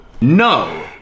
no